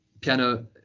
piano